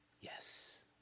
Yes